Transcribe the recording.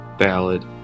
ballad